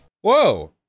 Whoa